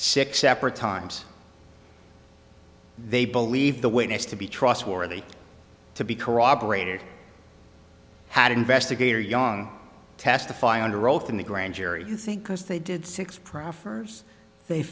six separate times they believe the witness to be trustworthy to be corroborated had investigator young testify under oath in the grand jury you think because they did six proffers they